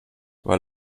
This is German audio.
weil